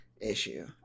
issue